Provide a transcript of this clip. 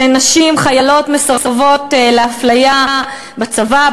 נשים חיילות שמסרבות לאפליה בצבא,